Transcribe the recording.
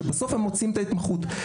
שבסוף הם מוצאים את ההתמחות.